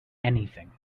anything